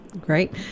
Great